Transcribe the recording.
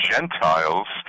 Gentiles